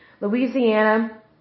Louisiana